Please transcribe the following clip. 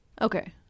okay